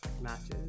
matches